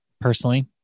personally